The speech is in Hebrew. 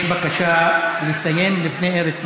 יש בקשה לסיים לפני ארץ נהדרת.